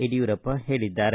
ಯಡಿಯೂರಪ್ಪ ಹೇಳಿದ್ದಾರೆ